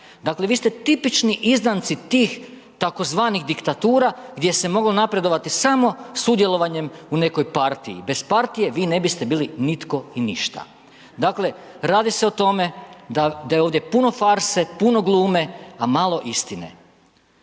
Dakle, vi ste tipični izdanci tih tzv. diktatura gdje se moglo napredovati samo sudjelovanjem u nekoj partiji, bez partije vi ne biste bili nitko i ništa. Dakle, radi se o tome da je ovdje puno farse, puno glume, a malo istine.